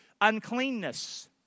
Uncleanness